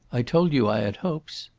i told you i had hopes.